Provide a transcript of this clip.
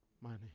money